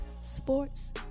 sports